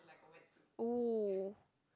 !woo!